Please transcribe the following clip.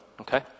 okay